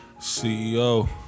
CEO